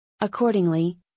Accordingly